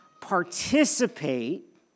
participate